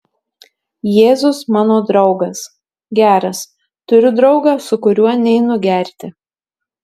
jėzus mano draugas geras turiu draugą su kuriuo neinu gerti